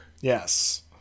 Yes